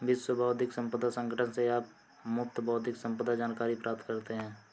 विश्व बौद्धिक संपदा संगठन से आप मुफ्त बौद्धिक संपदा जानकारी प्राप्त करते हैं